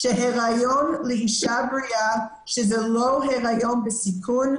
שהיריון לאשה בריאה שזה לא היריון בסיכון,